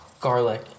garlic